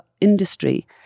industry